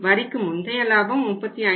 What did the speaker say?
வரிக்கு முந்தைய லாபம் 35